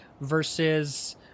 versus